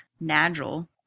Nagel